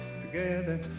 together